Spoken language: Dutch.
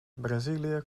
brazilië